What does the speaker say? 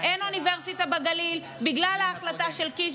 אין אוניברסיטה בגליל בגלל ההחלטה של קיש,